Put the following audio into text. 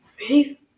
Ready